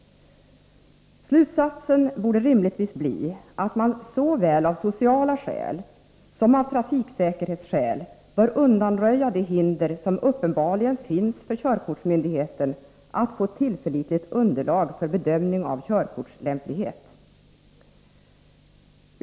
Slutsatsen borde rimligtvis bli att man av sociala skäl samt av trafiksäkerhetsskäl bör undanröja de hinder som uppenbarligen finns för körkortsmyndigheten att få tillförlitligt underlag för bedömning av körkortslämplighet.